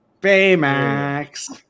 Baymax